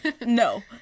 no